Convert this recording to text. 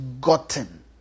gotten